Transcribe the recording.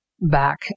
back